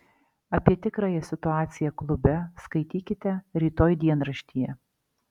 apie tikrąją situaciją klube skaitykite rytoj dienraštyje